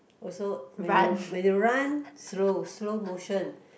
also when you when you run slow slow motion